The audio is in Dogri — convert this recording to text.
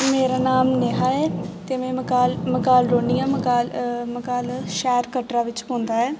मेरा नाम नेहा ऐ ते में मकाल मकाल रौह्न्नी आं मकाल मकाल शैह्र कटरा बिच्च पौंदा ऐ